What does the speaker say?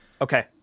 Okay